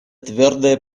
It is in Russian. твердое